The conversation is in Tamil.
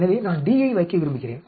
எனவே நான் D யை வைக்க விரும்புகிறேன்